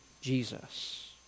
Jesus